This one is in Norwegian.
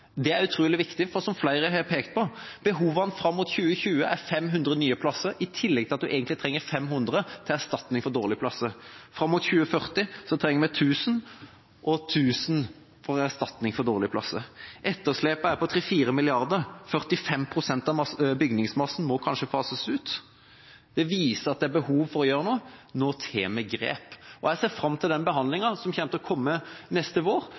Det er utrolig viktig, for som flere har pekt på, er behovene fram mot 2020 500 nye plasser i tillegg til at en egentlig trenger 500 til erstatning for dårlige plasser. Fram mot 2040 trenger vi 1 000 nye og 1 000 som erstatning for dårlige plasser. Etterslepet er på 3–4 mrd. kr, 45 pst. av bygningsmassen må kanskje fases ut. Det viser at det er behov for å gjøre noe, og nå tar vi grep. Jeg ser fram til den behandlinga som kommer til å komme neste vår,